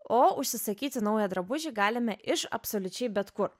o užsisakyti naują drabužį galime iš absoliučiai bet kur